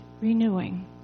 renewing